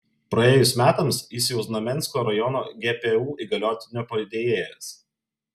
praėjus metams jis jau znamensko rajono gpu įgaliotinio padėjėjas